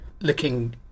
looking